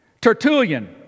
Tertullian